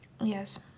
Yes